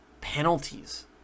penalties